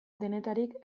denetarik